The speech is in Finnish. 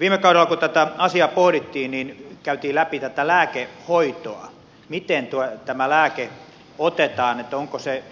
viime kaudella kun tätä asiaa pohdittiin käytiin läpi tätä lääkehoitoa miten tämä lääke otetaan onko se